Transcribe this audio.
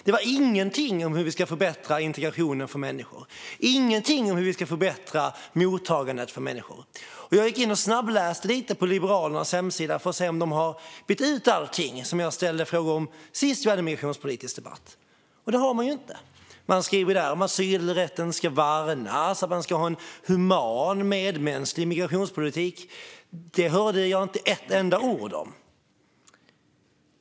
Det var ingenting om hur vi ska förbättra integrationen för människor. Det var ingenting om hur vi ska förbättra mottagandet för människor. Jag gick in och snabbläste lite på Liberalernas hemsida för att se om de har bytt ut allting som jag ställde frågor om sist vi hade migrationspolitisk debatt. Det har de inte. De skriver om att asylrätten ska värnas. Man ska ha en human, medmänsklig migrationspolitik. Det hörde jag inte ett enda ord om.